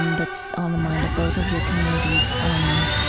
um that's on the mind of both of your communities. um